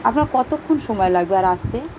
আপনার কতক্ষণ সময় লাগবে আর আসতে